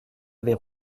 avait